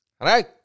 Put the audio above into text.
right